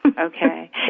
Okay